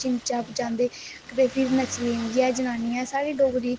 चिमटा बजांदे ते फिर नचदी बी ऐ जनानियां साढ़ी डोगरी